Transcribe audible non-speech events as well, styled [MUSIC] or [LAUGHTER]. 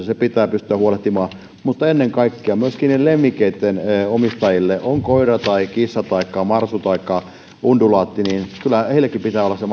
[UNINTELLIGIBLE] se pitää pystyä huolehtimaan mutta ennen kaikkea myöskin niiden lemmikeitten omistajille on koira tai kissa taikka marsu taikka undulaatti pitää olla se [UNINTELLIGIBLE]